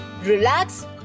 relax